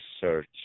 search